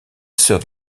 sœur